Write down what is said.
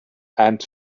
and